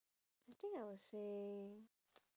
I think I will say